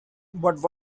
but